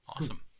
Awesome